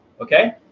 okay